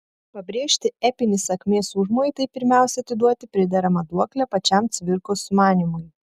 pabrėžti epinį sakmės užmojį tai pirmiausia atiduoti prideramą duoklę pačiam cvirkos sumanymui